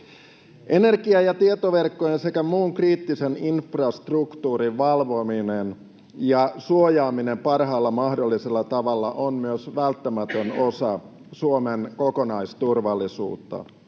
Energia- ja tietoverkkojen sekä muun kriittisen infrastruktuurin valvominen ja suojaaminen parhaalla mahdollisella tavalla on myös välttämätön osa Suomen kokonaisturvallisuutta.